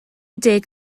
deg